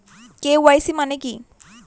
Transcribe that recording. KYC মানে কি?